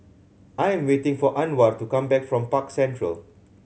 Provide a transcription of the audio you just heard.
I am waiting for Anwar to come back from Park Central